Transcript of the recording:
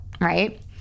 right